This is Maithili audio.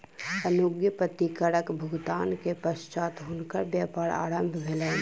अनुज्ञप्ति करक भुगतान के पश्चात हुनकर व्यापार आरम्भ भेलैन